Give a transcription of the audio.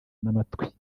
n’amatwi